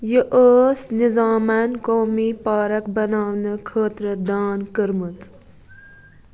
یہِ ٲس نِظامَن قومی پارک بَناونہٕ خٲطرٕ دان کٔرمٕژ